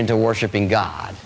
into worshipping god